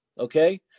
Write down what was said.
Okay